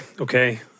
Okay